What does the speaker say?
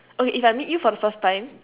okay if I meet you for the first time